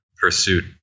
pursuit